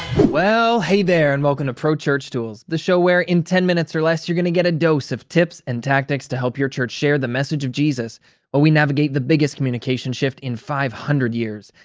well, hey there. and welcome to pro church tools, the show where in ten minutes or less you're gonna get a dose of tips and tactics to help your church share the message of jesus while we navigate the biggest communication shift in five hundred years.